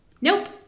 Nope